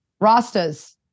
Rastas